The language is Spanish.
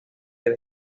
del